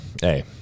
hey